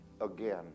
again